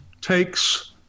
takes